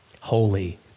Holy